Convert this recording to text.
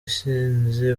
isinzi